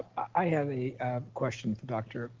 i have a question for dr.